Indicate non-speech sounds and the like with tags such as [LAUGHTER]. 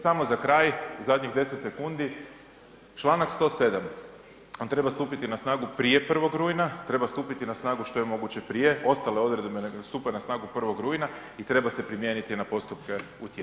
Samo za kraj, zadnjih 10 sekundi, članak 107. on treba stupiti na snagu prije 1. rujna, treba stupiti na snagu što je moguće prije, ostale odredbe … [UNINTELLIGIBLE] stupe na snagu 1. rujna i treba se primijeniti na postupke u tijeku.